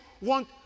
want